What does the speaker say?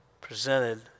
Presented